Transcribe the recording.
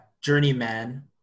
Journeyman